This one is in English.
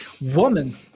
Woman